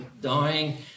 dying